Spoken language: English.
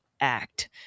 act